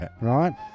right